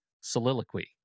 soliloquy